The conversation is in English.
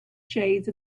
shades